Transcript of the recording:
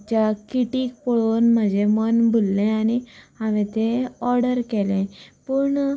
ज्या किटीक पळोवन म्हजे मन भुल्ले आनी हांवें तें ओर्डर केले पूण